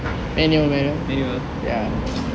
manual